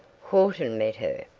horton met her.